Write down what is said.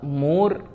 more